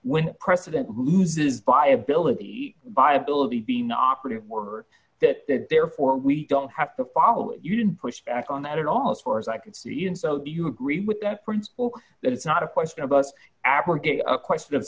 when president loses viability viability being offered a word that that therefore we don't have to follow you can push back on that at all as far as i can see in so do you agree with that principle that it's not a question of us abrogate a question of